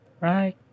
right